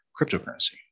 cryptocurrency